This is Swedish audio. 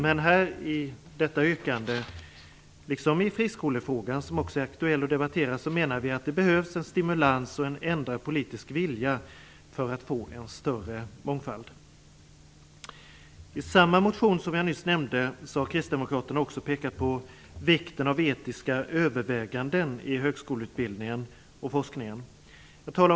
Men i detta yrkande liksom i frågan om friskolorna, som också är aktuell och debatteras, menar vi att det behövs en stimulans och en ändrad politisk vilja för att få en större mångfald. I samma motion som jag nämnde har Kristdemokraterna också pekat på vikten av etiska överväganden i högskoleutbildningen och forskningen.